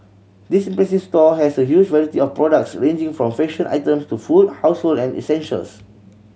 this impressive store has a huge variety of products ranging from fashion items to food household and essentials